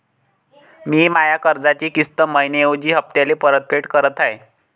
मी माया कर्जाची किस्त मइन्याऐवजी हप्त्याले परतफेड करत आहे